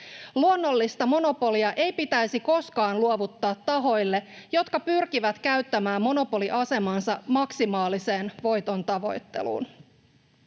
Luonnollista monopolia ei pitäisi koskaan luovuttaa tahoille, jotka pyrkivät käyttämään monopoliasemaansa maksimaaliseen voitontavoitteluun.